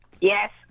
Yes